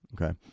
Okay